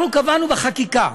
אנחנו קבענו בחקיקה,